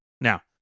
Now